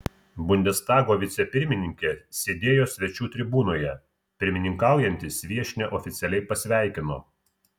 bundestago vicepirmininkė sėdėjo svečių tribūnoje pirmininkaujantis viešnią oficialiai pasveikino